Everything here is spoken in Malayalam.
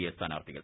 എ സ്ഥാനാർത്തികൾ